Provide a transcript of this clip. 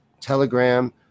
Telegram